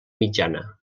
mitjana